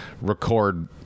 record